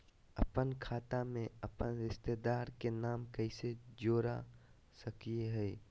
अपन खाता में अपन रिश्तेदार के नाम कैसे जोड़ा सकिए हई?